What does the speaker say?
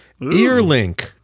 earlink